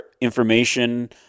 information